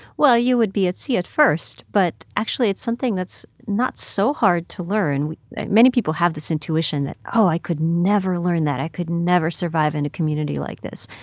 well, you would be at sea at first. but actually, it's something that's not so hard to learn. many many people have this intuition that, oh, i could never learn that i could never survive in a community like this.